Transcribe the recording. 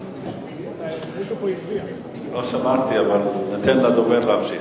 זה, לא שמעתי, אבל ניתן לדובר להמשיך.